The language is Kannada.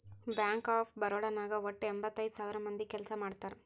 ಬ್ಯಾಂಕ್ ಆಫ್ ಬರೋಡಾ ನಾಗ್ ವಟ್ಟ ಎಂಭತ್ತೈದ್ ಸಾವಿರ ಮಂದಿ ಕೆಲ್ಸಾ ಮಾಡ್ತಾರ್